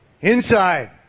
Inside